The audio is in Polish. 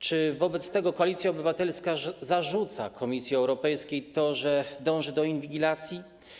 Czy wobec tego Koalicja Obywatelska zarzuca Komisji Europejskiej to, że dąży do inwigilacji?